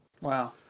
Wow